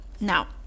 Now